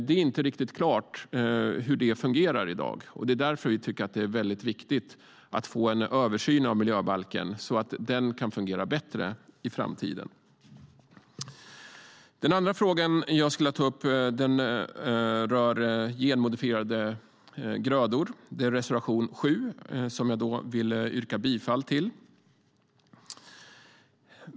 Det är inte riktigt klart hur det fungerar i dag, och det är därför vi tycker att det är viktigt att få en översyn av miljöbalken så att den kan fungera bättre i framtiden. Den andra frågan jag skulle vilja ta upp rör genmodifierade grödor, reservation 7, som jag vill yrka bifall till.